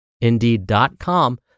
Indeed.com